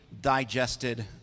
digested